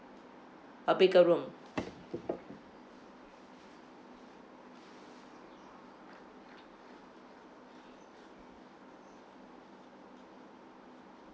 a bigger room